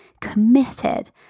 committed